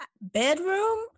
bedroom